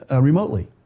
remotely